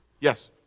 Yes